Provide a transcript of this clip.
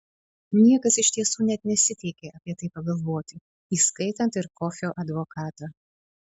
niekas iš tiesų net nesiteikė apie tai pagalvoti įskaitant ir kofio advokatą